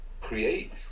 create